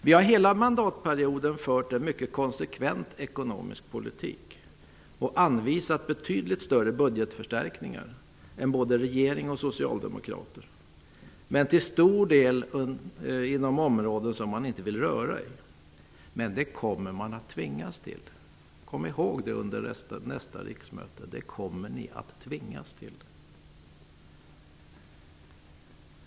Vi har hela mandatperioden fört en mycket konsekvent ekonomisk politik och anvisat betydligt större budgetförstärkningar än både regering och socialdemokrater, men till stor del inom områden som man på de hållen inte vill röra i. Kom dock ihåg att det är något som ni under nästa riksmöte kommer att tvingas till!